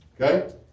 Okay